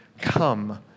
come